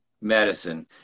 medicine